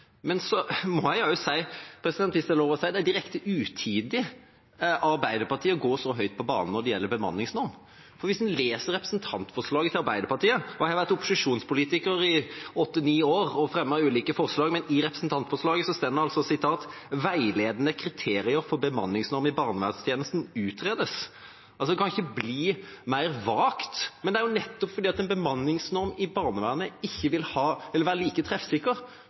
Men jeg må også si – om det er lov å si det – at det er direkte utidig av Arbeiderpartiet å gå så høyt på banen når det gjelder bemanningsnorm. Hvis en leser representantforslaget til Arbeiderpartiet, og jeg har vært opposisjonspolitiker i åtte–ni år og fremmet ulike forslag, står det altså: «Veiledende kriterier for bemanningsnorm i barneverntjenesten bør utredes.» Det kan ikke bli mer vagt. Men det er jo nettopp fordi en bemanningsnorm i barnevernet ikke vil være like treffsikker.